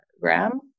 program